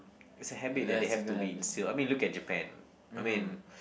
it's a habit that they have to be instilled I mean look at Japan I mean